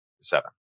seven